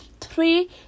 Three